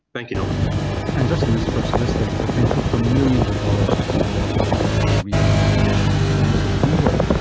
thank you know and just in this first list there's the potential for millions of dollars to be more productively re-allocated to things that do work.